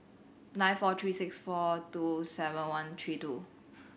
nine four three six four two seven one three two